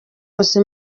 wose